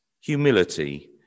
humility